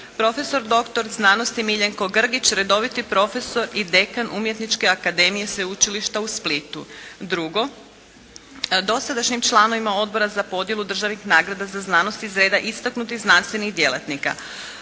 doktor znanosti Miljenko Grgić, redoviti profesor i dekan Umjetničke akademije Sveučilišta u Splitu. Drugo, dosadašnjim članovima Odbora za podjelu državnih nagrada za znanost i reda istaknutih znanstvenih djelatnika,